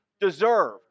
deserve